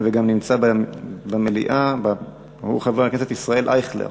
וגם נמצא במליאה הוא חבר הכנסת ישראל אייכלר.